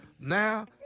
now